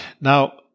Now